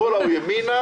שמאלה או ימינה,